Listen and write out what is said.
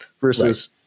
versus